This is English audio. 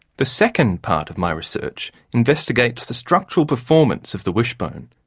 the second part of my research investigates the structural performance of the wishbone.